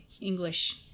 English